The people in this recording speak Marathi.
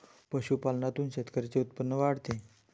पशुपालनातून शेतकऱ्यांचे उत्पन्न वाढते